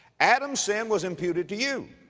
adam's sin was imputed to you.